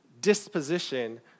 disposition